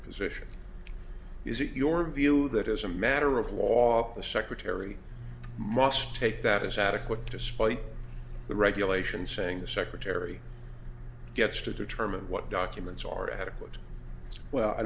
position is it your view that as a matter of law the secretary must take that as adequate despite the regulations saying the secretary gets to determine what documents are adequate well i